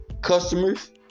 customers